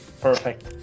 Perfect